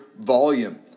volume